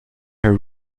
her